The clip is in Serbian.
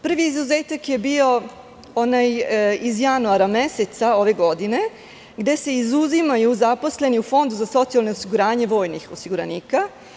Prvi izuzetak je bio onaj iz januara meseca ove godine, gde se izuzimaju zaposleni u Fondu za socijalno osiguranje vojnih osiguranika.